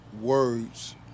words